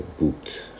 Boot